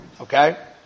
Okay